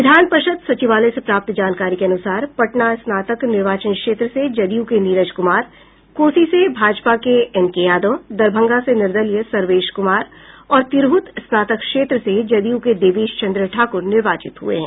विधान परिषद सचिवालय से प्राप्त जानकारी के अनुसार पटना स्नातक निर्वाचन क्षेत्र से जदयू के नीरज कुमार कोसी से भाजपा के एन के यादव दरभंगा से निर्दलीय सर्वेश कुमार और तिरहुत स्नातक क्षेत्र से जदयू के देवेश चन्द्र ठाकूर निर्वाचित हुये हैं